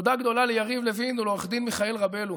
תודה גדולה ליריב לוין ולעו"ד מיכאל ראבילו,